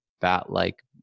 bat-like